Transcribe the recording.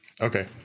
okay